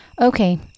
Okay